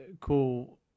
cool